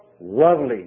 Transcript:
lovely